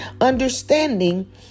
understanding